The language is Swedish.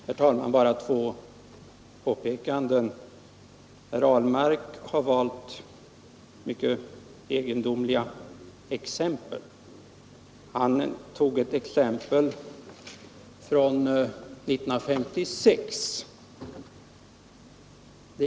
Herr talman! Bara två påpekanden. Herr Ahlmark har valt mycket egendomliga exempel. Han tog ett exempel från 1956.